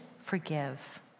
forgive